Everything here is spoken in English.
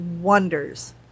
wonders